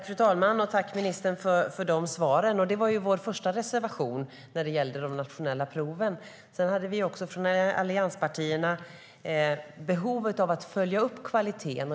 Fru talman! Tack, ministern, för de svaren. Vår första reservation gällde de nationella proven. Sedan hade vi också från allianspartierna en reservation om behovet av att följa upp kvaliteten.